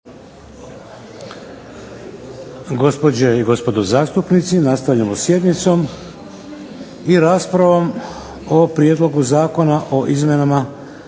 Gospođe i gospodo zastupnici nastavljamo sa sjednicom i raspravom o Prijedlogu zakona o izmjenama